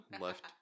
Left